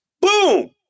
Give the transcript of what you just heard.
boom